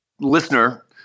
listener